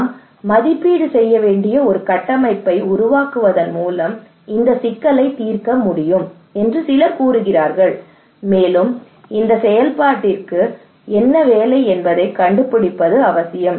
நாம் மதிப்பீடு செய்ய வேண்டிய ஒரு கட்டமைப்பை உருவாக்குவதன் மூலம் இந்த சிக்கலை தீர்க்க முடியும் என்று சிலர் கூறுகிறார்கள் மேலும் இந்த செயல்பாட்டிற்கு என்ன வேலை என்பதைக் கண்டுபிடிப்பது அவசியம்